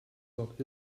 not